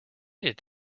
did